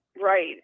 Right